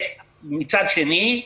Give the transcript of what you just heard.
מצד שני,